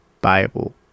bible